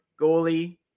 goalie